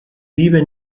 liebe